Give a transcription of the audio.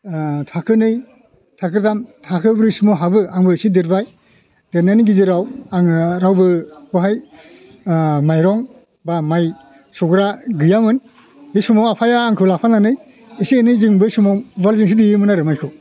थाखोनै थाखोथाम थाखोब्रैसिमाव हाबो आंबो एसे देरबाय देरनायनि गेजेराव आङो रावबो बहाय माइरं बा माइ सौग्रा गैयामोन बे समाव आफाया आंखौ लाफानानै एसे एनै जों बै समाव उवालजोंसो देयोमोन आरो माइखौ